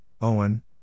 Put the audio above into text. Owen